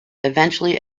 eventually